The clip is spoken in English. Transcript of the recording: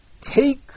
take